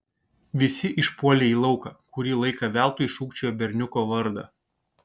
visi išpuolė į lauką kurį laiką veltui šūkčiojo berniuko vardą